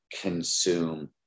consume